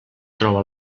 troba